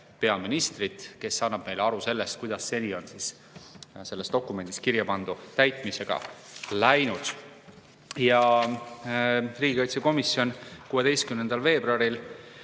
peaministrit, kes annab meile aru sellest, kuidas seni on selles dokumendis kirjapandu täitmisega läinud. Riigikaitsekomisjon 16. veebruaril